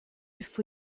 for